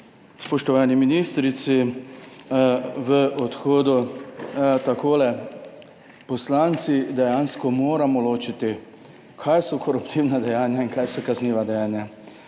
spoštovani ministrici v odhodu. Takole, poslanci dejansko moramo ločiti, kaj so koruptivna dejanja in kaj so kazniva dejanja,